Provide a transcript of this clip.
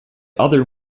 other